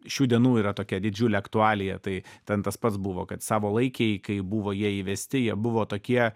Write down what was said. šių dienų yra tokia didžiulė aktualija tai ten tas pats buvo kad savalaikiai kai buvo jie įvesti jie buvo tokie